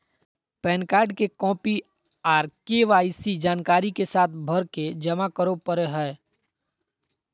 pan card के copy आर KYC जानकारी के साथ भरके जमा करो परय हय